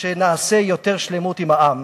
שנעשה יותר שלמות עם העם